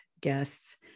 guests